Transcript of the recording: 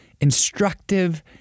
instructive